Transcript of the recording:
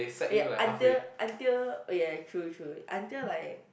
oh ya until until oh ya true true until like